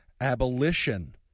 Abolition